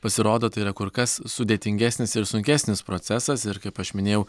pasirodo tai yra kur kas sudėtingesnis ir sunkesnis procesas ir kaip aš minėjau